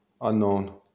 unknown